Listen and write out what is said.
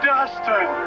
Dustin